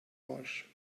marsh